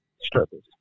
Strippers